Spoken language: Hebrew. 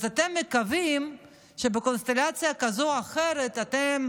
אז אתם מקווים שבקונסטלציה כזאת או אחרת אתם